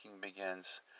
begins